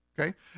okay